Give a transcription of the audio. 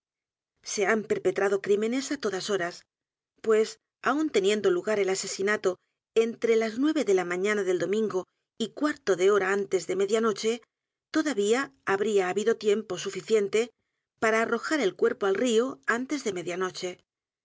se han perpetrado crímenes á todas h o r a s p u e s aun t e niendo lugar el asesinato entre las nueve de la mañana del domingo y cuarto de hora antes de media noche todavía habría habido tiempo suficiente para arrojar el misterio de maría rogét el cuerpo al río antes de